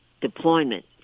deployment